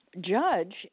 judge